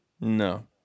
No